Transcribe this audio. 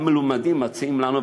המלומדים מציעים לנו,